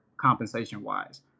compensation-wise